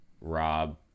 Rob